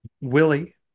willie